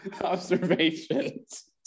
observations